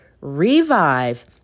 revive